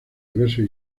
diversos